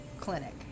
clinic